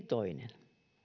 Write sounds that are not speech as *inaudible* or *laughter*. *unintelligible* toinen